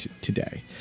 today